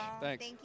Thanks